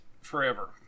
forever